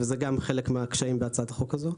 וזה גם חלק מהקשיים בהצעת החוק הזו,